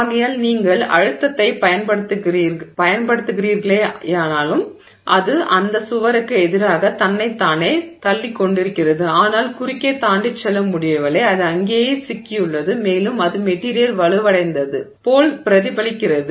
ஆகையால் நீங்கள் அழுத்தத்தைப் பயன்படுத்துகிறீர்களேயானாலும் அது அந்தச் சுவருக்கு எதிராகத் தன்னைத் தானே தள்ளிக்கொண்டிருக்கிறது ஆனால் குறுக்கே தாண்டிச் செல்ல முடியவில்லை அது அங்கேயே சிக்கியுள்ளது மேலும் அது மெட்டிரியல் வலுவடைந்தது போல் பிரதிபலிக்கிறது